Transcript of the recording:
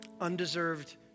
undeserved